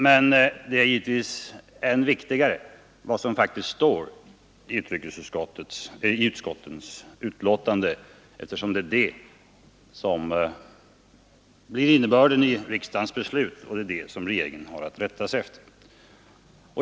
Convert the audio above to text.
Men det viktiga är vad som faktiskt står i utskottens betänkanden. Det är detta som blir innebörden i riksdagens beslut och som regeringen har att rätta sig efter.